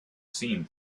seen